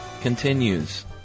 continues